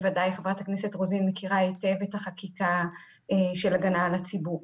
בוודאי חברת הכנסת רוזין מכירה היטב את החקיקה של הגנה על הציבור.